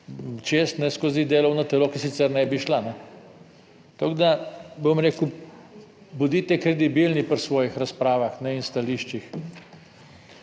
čez skozi delovno telo, ki sicer ne bi šla, tako da bom rekel, bodite kredibilni pri svojih razpravah in stališčih.